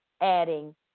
adding